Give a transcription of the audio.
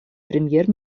премьер